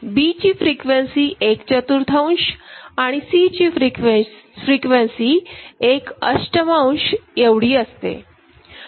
Bची frequency एकचतुर्थांश आणि Cची फ्रिक्वेन्सी एक अष्टमांश एवढी असते